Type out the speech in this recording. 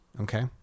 Okay